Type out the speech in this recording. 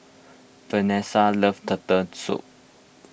Vanesa loves Turtle Soup